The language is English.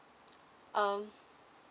um